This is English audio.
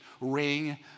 ring